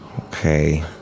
Okay